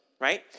Right